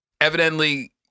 evidently